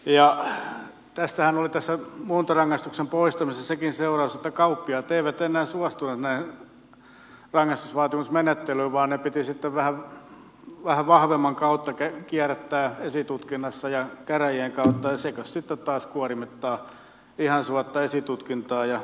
tästä muuntorangaistuksen poistamisestahan oli sekin seuraus että kauppiaat eivät enää suostuneet tähän rangaistusvaatimusmenettelyyn vaan ne piti sitten vähän vahvemman kautta kierrättää esitutkinnassa ja käräjien kautta ja sekös sitten taas kuormittaa ihan suotta esitutkintaa ja oikeuslaitoksia